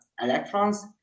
electrons